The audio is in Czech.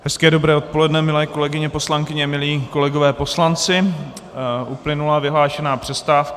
Hezké dobré odpoledne, milé kolegyně poslankyně, milí kolegové poslanci, uplynula vyhlášená přestávka.